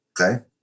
okay